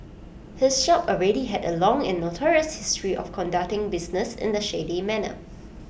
his shop already had A long and notorious history of conducting business in A shady manner